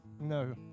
No